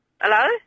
Hello